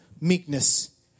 meekness